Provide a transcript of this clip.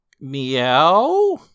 Meow